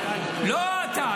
לא אתה.